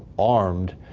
armed.